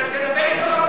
אז תדבר אתו בפייסבוק.